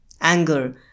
Anger